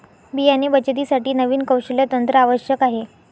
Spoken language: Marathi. बियाणे बचतीसाठी नवीन कौशल्य तंत्र आवश्यक आहे